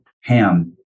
Ham